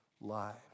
lives